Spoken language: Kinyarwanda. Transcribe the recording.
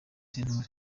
sentore